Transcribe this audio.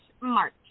March